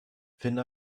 finde